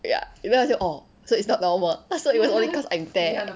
ya even I say orh so it's not normal 他说 it's only cause I'm there